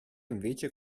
invece